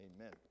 Amen